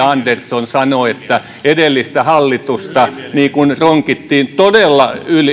andersson sanoi että edellistä hallitusta niin kuin ronkittiin todella